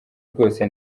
rwose